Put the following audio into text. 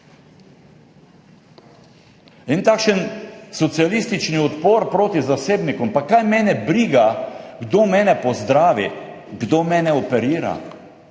En takšen socialistični odpor proti zasebnikom. Pa kaj mene briga, kdo mene pozdravi, kdo mene operira?